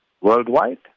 worldwide